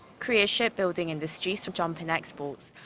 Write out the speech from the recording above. korea's shipbuilding industry saw jump in exports,